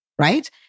right